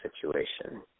situation